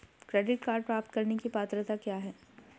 Credit card प्राप्त करने की पात्रता क्या है?